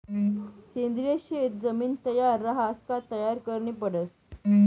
सेंद्रिय शेत जमीन तयार रहास का तयार करनी पडस